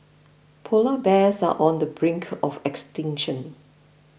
Polar Bears are on the brink of extinction